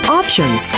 options